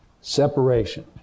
Separation